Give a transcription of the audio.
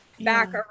back